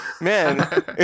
Man